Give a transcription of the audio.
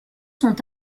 sont